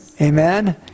amen